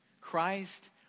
Christ